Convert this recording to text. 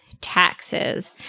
taxes